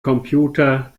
computer